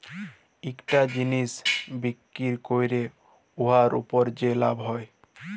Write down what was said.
ইকটা জিলিস বিক্কিরি ক্যইরে উয়ার উপর যে লাভ হ্যয়